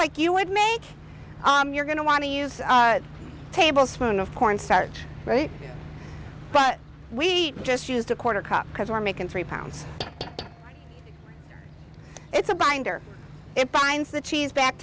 like you would make you're going to want to use a tablespoon of corn starch right but we just used a quarter cup because we're making three pounds it's a binder it binds the cheese back